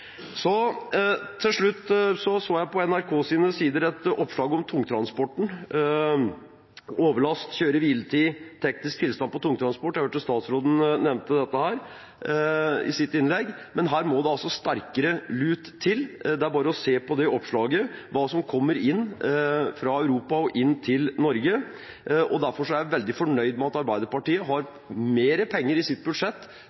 Til slutt: På NRKs sider så jeg et oppslag om tungtransporten, om overlast, kjøre- og hviletid, teknisk tilstand på tungtransport. Jeg hørte at statsråden nevnte dette i sitt innlegg. Men her må det sterkere lut til. Det er bare å se på det oppslaget hva som kommer fra Europa og inn til Norge. Derfor er jeg veldig fornøyd med at Arbeiderpartiet har mer penger i sitt budsjett